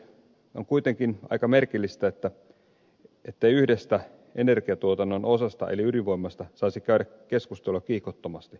on kuitenkin aika merkillistä ettei yhdestä energiatuotannon osasta eli ydinvoimasta saisi käydä keskustelua kiihkottomasti